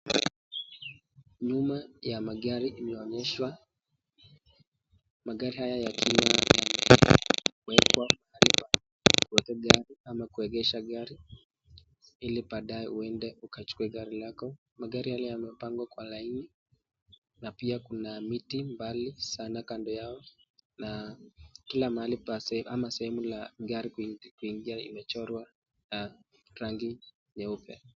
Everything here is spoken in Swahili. Nyuma ya magari inaoneshwa, magari haya yakiwa yamewekwa mahali pa kuweka ama kuegesha gari ili baadae uende ukachukue gari lako. Magari yale yamepangwa kwa laini na pia kuna mti mbali sana kando yao na kila mahali pa ama sehemu pa kuingia imechorwa na rangi nyeupe.